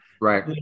right